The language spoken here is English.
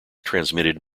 transmitted